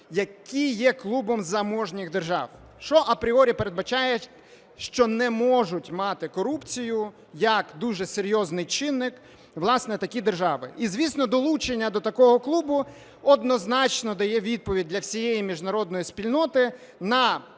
які є клубом заможних держав, що апріорі передбачає, що не можуть мати корупцію як дуже серйозний чинник, власне, такі держави. І, звісно, долучення до такого клубу однозначно дає відповідь для всієї міжнародної спільноти на